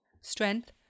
Strength